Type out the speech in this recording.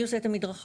מי עושה את המדרכה?